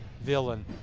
villain